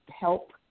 help